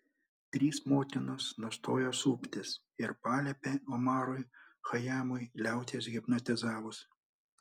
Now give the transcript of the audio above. trys motinos nustojo suptis ir paliepė omarui chajamui liautis hipnotizavus